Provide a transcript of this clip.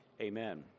Amen